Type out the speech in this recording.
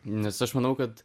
nes aš manau kad